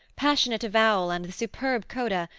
passionate avowal and the superb coda,